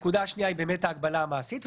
הנקודה השנייה היא ההגבלה המעשית.